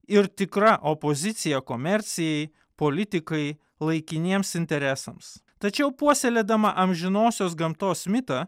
ir tikra opozicija komercijai politikai laikiniems interesams tačiau puoselėdama amžinosios gamtos mitą